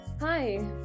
Hi